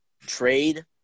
trade